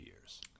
years